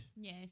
Yes